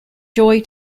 joy